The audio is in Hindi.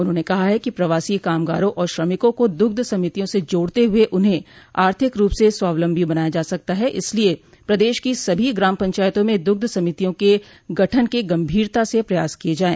उन्होंने कहा है कि प्रवासी कामगारों और श्रमिकों को दुग्ध समितियों से जोड़ते हुए उन्हें आर्थिक रूप से स्वावलम्बी बनाया जा सकता है इसलिए प्रदेश की सभी ग्राम पंचायतों में दुग्ध समितियों के गठन के गम्भीरता से प्रयास किए जाएं